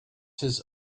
his